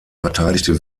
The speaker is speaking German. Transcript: verteidigte